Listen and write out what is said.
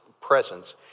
presence